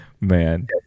Man